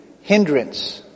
hindrance